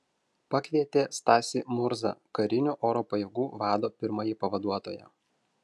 pakvietė stasį murzą karinių oro pajėgų vado pirmąjį pavaduotoją